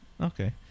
okay